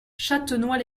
châtenois